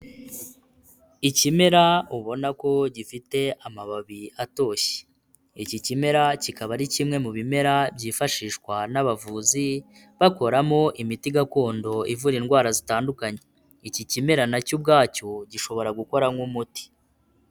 Ikimera ubona ko gifite amababi atoshye, iki kimera kikaba ari kimwe mu bimera byifashishwa n'abavuzi bakoramo imiti gakondo ivura indwara zitandukanye, iki kimera na cyo ubwacyo gishobora gukora nk'umuti.